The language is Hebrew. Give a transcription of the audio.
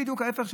בדיוק ההפך.